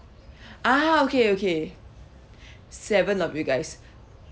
ah okay okay seven of you guys